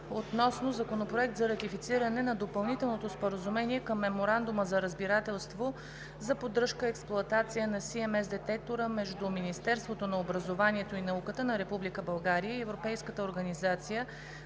събрание със закон на Допълнителното споразумение към Меморандума за разбирателство за поддръжка и експлоатация на CMS детектора между Министерството на образованието и науката на Република България и Европейската организация